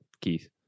Keith